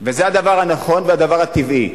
וזה הדבר הנכון והדבר הטבעי.